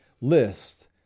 list